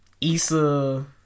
Issa